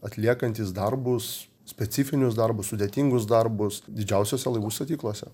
atliekantys darbus specifinius darbus sudėtingus darbus didžiausiose laivų statyklose